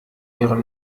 ihre